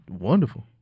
Wonderful